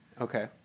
Okay